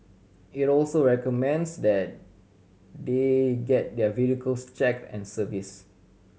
it also recommends that they get their vehicles checked and serviced